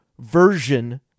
version